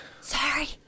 Sorry